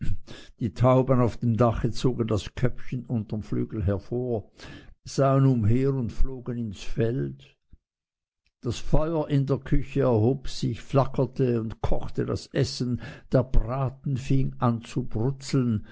die tauben auf dem dache zogen das köpfchen unterm flügel hervor sahen umher und flogen ins feld die fliegen an den wänden krochen weiter das feuer in der küche erhob sich flackerte und kochte das essen der braten fing wieder an zu brutzeln